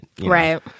Right